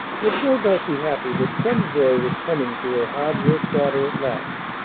would no doubt be happy that some joy was coming to her hard-worked daughter at last.